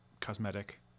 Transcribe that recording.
cosmetic